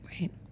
right